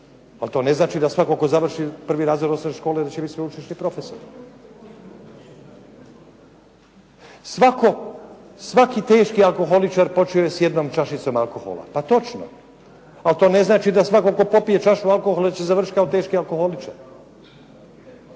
ali to ne znači da svatko tko završi prvi razred osnovne škole da će biti sveučilišni profesor. Svaki teški alkoholičar počeo je s jednom čašicom alkohola, pa točno, ali to ne znači da svatko tko popije čašu alkohola će završiti kao teški alkoholičar.